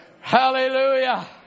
Hallelujah